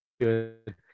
good